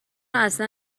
اصلا